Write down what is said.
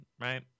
right